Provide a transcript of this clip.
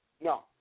no